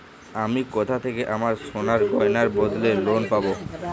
আমি কোথা থেকে আমার সোনার গয়নার বদলে লোন পাবো?